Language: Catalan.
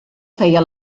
feia